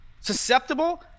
Susceptible